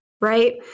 Right